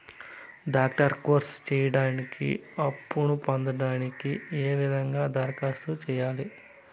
Doctor course సేయడానికి అప్పును పొందడానికి ఏ విధంగా దరఖాస్తు సేయాలి?